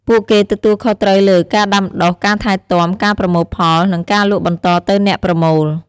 ពួកគេទទួលខុសត្រូវលើ ការដាំដុះ ការថែទាំ ការប្រមូលផល និងការលក់បន្តទៅអ្នកប្រមូល។